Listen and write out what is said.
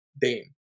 Dame